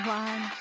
one